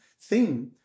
theme